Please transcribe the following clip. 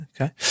okay